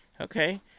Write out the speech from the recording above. Okay